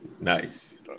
Nice